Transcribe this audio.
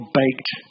baked